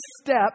step